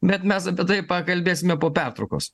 bet mes apie tai pakalbėsime po pertraukos